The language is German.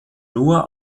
nur